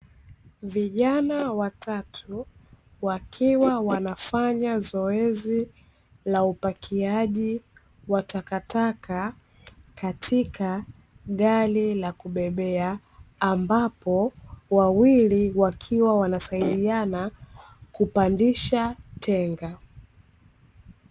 Vijana watatu wakiwa wanafanya zoezi la upakiaji wa takkataka katika gari la kubebea, ambapo wawili wakiwa wanasaidiana kupandisha tenga.